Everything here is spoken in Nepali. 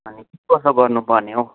अनि कसो गर्नपर्ने हो